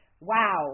wow